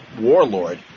Warlord